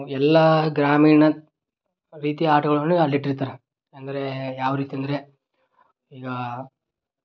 ಎಲ್ಲ ಗ್ರಾಮೀಣ ರೀತಿಯ ಆಟಗಳನ್ನು ಅಲ್ಲಿ ಇಟ್ಟಿರ್ತಾರೆ ಅಂದರೆ ಯಾವ ರೀತಿ ಅಂದರೆ ಈಗ